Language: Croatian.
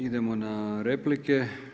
Idemo na replike.